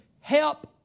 Help